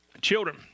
children